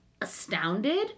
astounded